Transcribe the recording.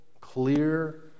clear